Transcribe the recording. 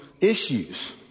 issues